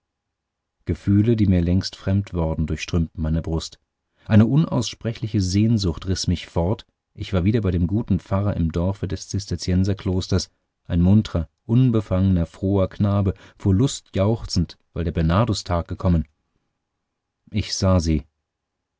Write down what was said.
gefühle die mir längst fremd worden durchströmten meine brust eine unaussprechliche sehnsucht riß mich fort ich war wieder bei dem guten pfarrer im dorfe des zisterzienserklosters ein muntrer unbefangener froher knabe vor lust jauchzend weil der bernardustag gekommen ich sah sie